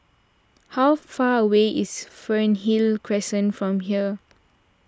how far away is Fernhill Crescent from here